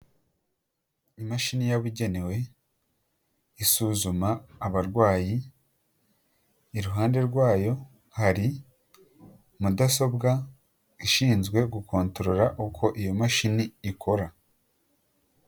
Imashini yabugenewe isuzuma abarwayi, iruhande rwayo hari mudasobwa ishinzwe gukontorora uko iyo mashini ikora.